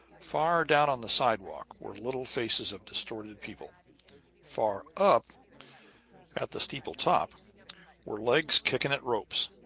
far down on the sidewalk were little faces of distorted people far up at the steeple-top were legs kicking at ropes.